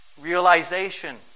Realization